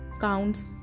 counts